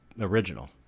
original